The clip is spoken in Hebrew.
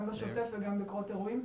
גם בשוטף וגם בקרות אירועים?